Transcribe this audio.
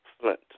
Flint